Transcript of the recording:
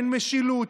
אין משילות.